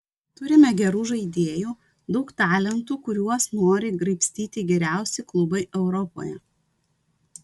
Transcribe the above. turime gerų žaidėjų daug talentų kuriuos nori graibstyti geriausi klubai europoje